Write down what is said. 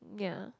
yea